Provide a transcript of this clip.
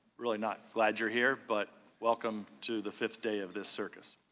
really not glad you are here but welcome to the fifth day of the circus.